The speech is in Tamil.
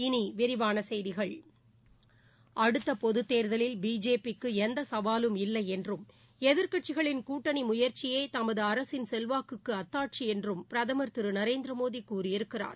இனிவிரிவானசெய்திகள் அடுத்தபொதுத் தேர்தலில் பிஜேபிக்குஎந்தசவாலும் இல்லைஎன்றும் எதிர்கட்சிகளின் கூட்டணி முயற்சியேதமதுஅரசின் செல்வாக்குக்குஅத்தாட்சிஎன்றும் பிரதமர் திருநரேந்திரமோடிகூறியிருக்கிறார்